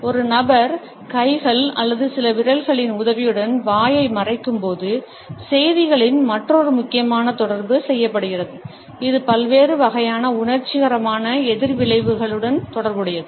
ஒரு நபர் கைகள் அல்லது சில விரல்களின் உதவியுடன் வாயை மறைக்கும்போது செய்திகளின் மற்றொரு முக்கியமான தொடர்பு செய்யப்படுகிறது இது பல்வேறு வகையான உணர்ச்சிகரமான எதிர்விளைவுகளுடன் தொடர்புடையது